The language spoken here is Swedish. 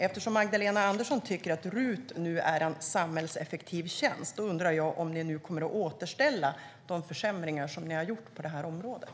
Eftersom Magdalena Andersson nu tycker att RUT är en samhällseffektiv tjänst undrar jag om ni nu kommer att åtgärda de försämringar som ni har gjort på området.